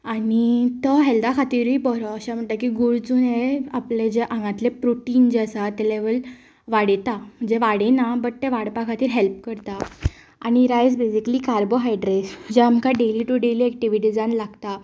आनी तो हेल्था खातिरूय बरो अशें म्हणटा की गूळ चून हें आपलें जें आंगांतलें प्रोटीन जें आसा तें लेवल वाडयता म्हणजे वाडयना बट तें वाडपा खातीर हेल्प करता आनी रायस बेजिकली कार्बोहायट्रेड जें आमकां डेली टू डेली एक्टिविटिजान लागता